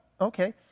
Okay